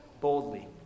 boldly